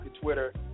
Twitter